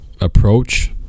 approach